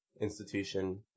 institution